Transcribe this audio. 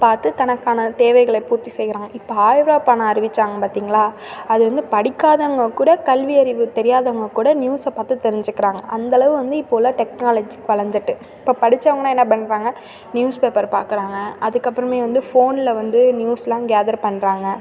பார்த்து தனக்கான தேவைகளை பூர்த்தி செய்கிறாங்க இப்போ ஆயிரம் ருபா பணம் அறிவித்தாங்க பார்த்தீங்களா அதை வந்து படிக்காதவங்கள் கூட கல்வியறிவு தெரியாதவங்கள் கூட நியூஸை பார்த்து தெரிஞ்சுக்கிறாங்க அந்தளவு வந்து இப்போ உள்ள டெக்னாலஜி வளர்ந்துட்டு இப்போ படித்தவங்கள்லாம் என்ன பண்ணுறாங்க நியூஸ் பேப்பர் பார்க்குறாங்க அதுக்கப்புறமே வந்து ஃபோனில் வந்து நியூஸ்யெலாம் கேதர் பண்ணுறாங்க